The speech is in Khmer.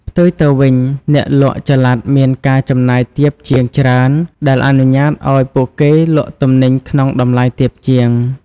ផ្ទុយទៅវិញ អ្នកលក់ចល័តមានការចំណាយទាបជាងច្រើន ដែលអនុញ្ញាតឲ្យពួកគេលក់ទំនិញក្នុងតម្លៃទាបជាង។